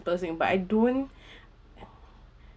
~plest thing but I don't